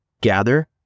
gather